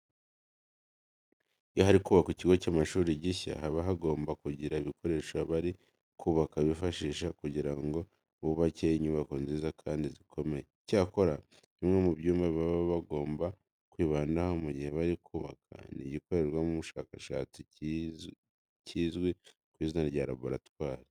Iyo hari kubakwa ikigo cy'amashuri gishya haba hagomba kugira ibikoresho abari kubaka bifashisha kugira ngo bubake inyubako nziza kandi zikomeye. Icyakora bimwe mu byumba baba bagomba kwibandaho mu gihe bari kubaka ni igikorerwamo ubushakashatsi kizwe ku izina rya laboratwari.